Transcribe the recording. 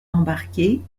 embarquer